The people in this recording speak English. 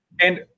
And-